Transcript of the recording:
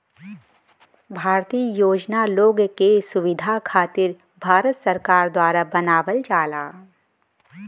भारतीय योजना लोग के सुविधा खातिर भारत सरकार द्वारा बनावल जाला